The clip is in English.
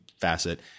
facet